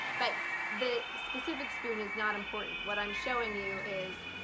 but the specific spoon is not important. what i'm showing you is